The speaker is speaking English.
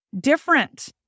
different